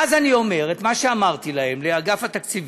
ואז אני אומר את מה שאמרתי להם, לאגף התקציבים: